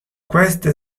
queste